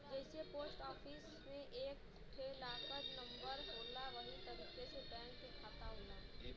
जइसे post office मे एक ठे लाकर नम्बर होला वही तरीके से बैंक के खाता होला